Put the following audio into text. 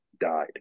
died